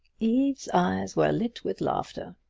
eve's eyes were lit with laughter.